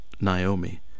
Naomi